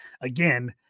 Again